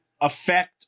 affect